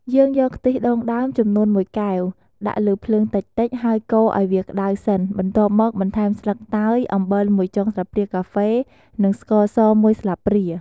យើងយកខ្ទិះដូងដើមចំនួន ១ កែវ ដាក់លើភ្លើងតិចៗ ហើយកូរឱ្យវាក្តៅសិន បន្ទាប់មកបន្ថែមស្លឹកតើយ អំបិល ១ចុងស្លាបព្រាកាហ្វេ និងស្ករស ១ស្លាបព្រា។